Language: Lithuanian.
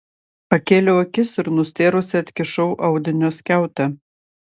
pakėliau akis ir nustėrusi atkišau audinio skiautę